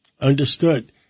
Understood